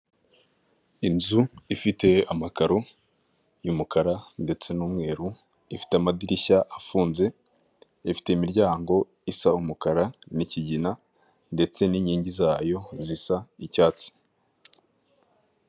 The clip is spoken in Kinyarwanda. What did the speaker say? Inzu ifite amakaro y'umukara ndetse n'umweru, ifite amadirishya afunze, ifite imiryango isa umukara n'ikigina ndetse n'inkingi zayo zisa n'icyatsi.